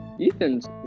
Ethan's